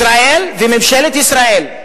ישראל, וממשלת ישראל,